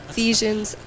Ephesians